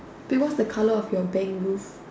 wait what's the colour of your bank roof